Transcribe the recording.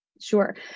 Sure